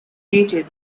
candidate